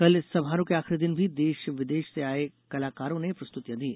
कल समारोह के आखिरी दिन भी देश विदेश से आए कलाकारों ने प्रस्तुतियां दी